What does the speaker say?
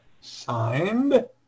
signed